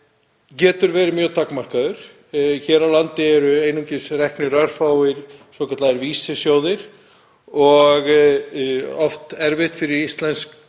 geta verið mjög takmarkaðir. Hér á landi eru einungis reknir örfáir svokallaðir vísisjóðir og oft er erfitt fyrir íslenska